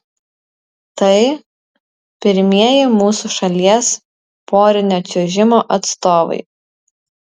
tai pirmieji mūsų šalies porinio čiuožimo atstovai